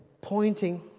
pointing